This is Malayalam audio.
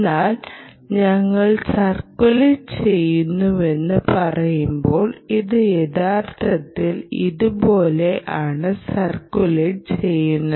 എന്നാൽ ഞങ്ങൾ സർക്കുലേറ്റ് ചെയ്യുന്നുവെന്ന് പറയുമ്പോൾ ഇത് യഥാർത്ഥത്തിൽ ഇതുപോലെ ആണ് സർക്കുലേറ്റ് ചെയ്യുന്നത്